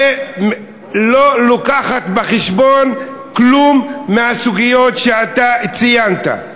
שלא מביאה בחשבון דבר מהסוגיות שאתה ציינת.